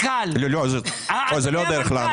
לא, זו לא הדרך לענות.